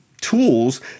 tools